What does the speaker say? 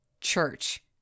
church